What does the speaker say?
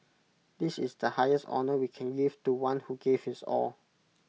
this is the highest honour we can give to one who gave his all